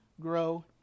grow